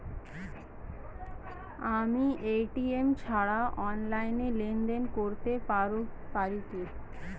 আমি এ.টি.এম ছাড়া অনলাইনে লেনদেন করতে পারি কি?